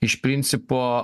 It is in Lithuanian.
iš principo